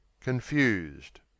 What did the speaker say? confused